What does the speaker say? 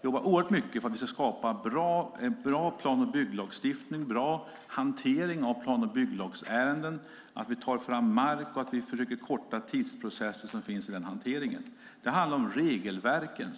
Jag jobbar oerhört mycket för att skapa en bra plan och bygglagstiftning, en bra hantering av plan och bygglagsärenden, att ta fram mark och försöka korta tidsprocesser i hanteringen. Det handlar om regelverken.